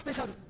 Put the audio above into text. it um